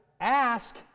ask